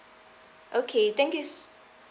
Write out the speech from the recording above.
okay thank you